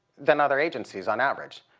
than other agencies on average.